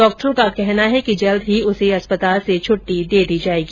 डॉक्टरों का कहना है कि जल्द ही उसे अस्पताल से छुट्टी दे दी जायेगी